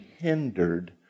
hindered